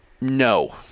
No